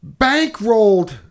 bankrolled